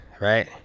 right